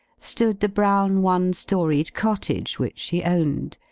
stood the brown, one-storied cottage which she owned,